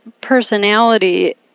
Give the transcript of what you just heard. personality